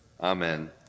Amen